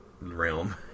realm